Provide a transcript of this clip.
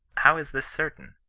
how is this certain?